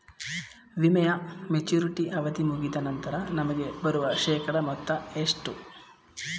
ವಿಮೆಯ ಮೆಚುರಿಟಿ ಅವಧಿ ಮುಗಿದ ನಂತರ ನಮಗೆ ಬರುವ ಶೇಕಡಾ ಮೊತ್ತ ಎಷ್ಟು?